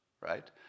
Right